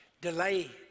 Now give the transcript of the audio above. Delay